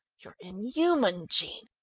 you're inhuman, jean,